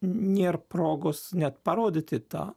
nebūna progos net parodyti tą